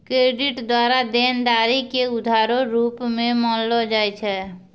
credit द्वारा देनदारी के उधारो रूप मे मानलो जाय छै